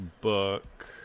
book